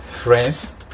Friends